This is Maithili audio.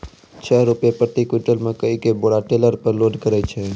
छह रु प्रति क्विंटल मकई के बोरा टेलर पे लोड करे छैय?